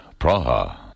Praha